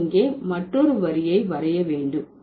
நான் இங்கே மற்றொரு வரியை வரைய வேண்டும்